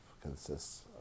consists